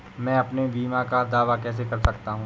मैं अपने बीमा का दावा कैसे कर सकता हूँ?